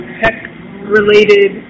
tech-related